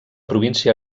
província